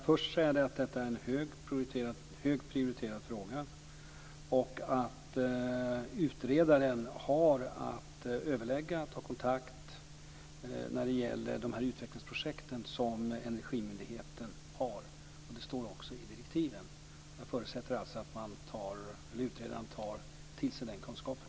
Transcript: Fru talman! Låt mig först säga att det är en högt prioriterad fråga. Utredaren har att ta kontakt när det gäller de utvecklingsprojekt som Energimyndigheten har. Det står också i direktiven. Jag förutsätter alltså att utredaren tar till sig den kunskapen.